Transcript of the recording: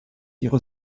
ihrer